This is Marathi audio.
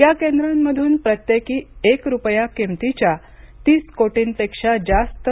या केंद्रामधून प्रत्येकी एक रुपया किमतीच्या तीस कोटींपेक्षा जास्त